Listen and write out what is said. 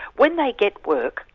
when they get work,